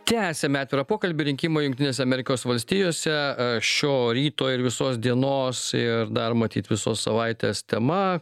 tęsiame atvirą pokalbį rinkimai jungtinėse amerikos valstijose šio ryto ir visos dienos ir dar matyt visos savaitės tema